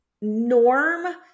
norm